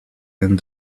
and